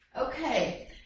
Okay